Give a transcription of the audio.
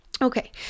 Okay